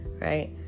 right